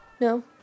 No